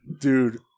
Dude